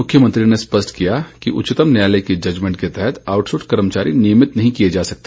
मुख्यमंत्री ने स्पष्ट किया कि उच्चतम न्यायालय की जजमेंट के तहत आउटसोर्स कर्मचारी नियमित नहीं किए जा सकते